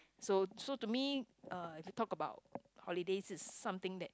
so so to me uh to talk about holiday is something that